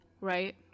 right